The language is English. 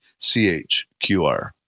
CHQR